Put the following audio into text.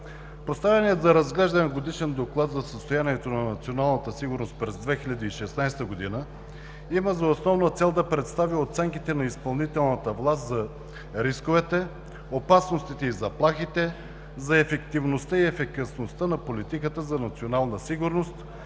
Поставеният за разглеждане „Годишен доклад за състоянието на националната сигурност през 2016 г.“ има за основна цел да представи оценките на изпълнителната власт за рисковете, опасностите и заплахите за ефективността и ефикасността на политиката за национална сигурност,